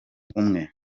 umwe